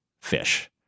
fish